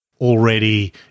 already